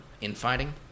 infighting